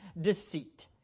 deceit